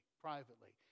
privately